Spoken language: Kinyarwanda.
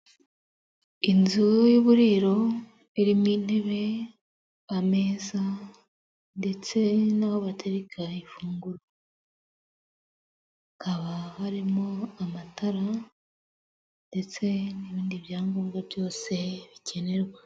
Inzu y'uburiro irimo intebe, ameza ndetse n'aho batekareka ifunguro, hakaba harimo amatara ndetse n'ibindi byangombwa byose bikenerwa.